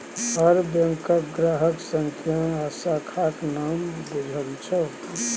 तोहर बैंकक ग्राहक संख्या आ शाखाक नाम बुझल छौ